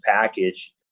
package